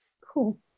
Cool